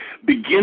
begin